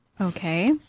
okay